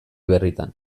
berritan